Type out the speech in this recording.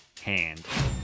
hand